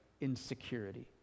insecurity